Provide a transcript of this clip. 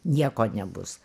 nieko nebus